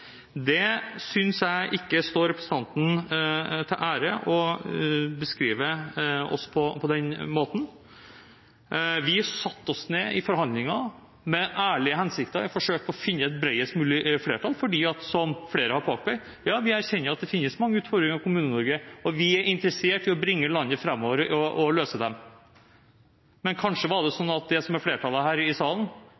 synes ikke det tjener representanten til ære å beskrive oss på den måten. Vi satte oss ned i forhandlinger med ærlige hensikter i et forsøk på å finne et bredest mulig flertall, fordi – som flere har påpekt – vi erkjenner at det finnes mange utfordringer i Kommune-Norge, og vi er interessert i å bringe landet framover og løse dem. Men kanskje var det sånn at det som er flertallet her i salen,